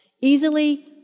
Easily